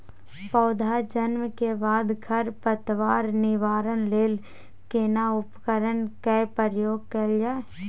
पौधा जन्म के बाद खर पतवार निवारण लेल केना उपकरण कय प्रयोग कैल जाय?